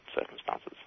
circumstances